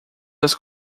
das